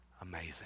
amazing